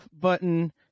button